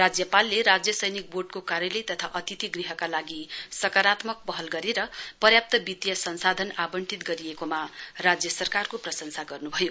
राज्यपालले राज्यसैनिक वोर्डको कार्यालय तथा अतिथि गृहको लागि सकारात्मक पहल गरेर पर्याप्त वित्तीय संसाधन आवंटित गरिएकोमा राज्य सरकारको प्रशंसा गर्नुभयो